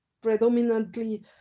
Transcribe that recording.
predominantly